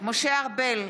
משה ארבל,